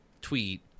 tweet